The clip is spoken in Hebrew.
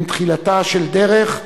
הם תחילתה של דרך,